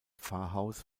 pfarrhaus